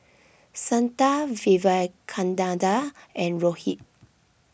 Santha Vivekananda and Rohit